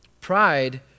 Pride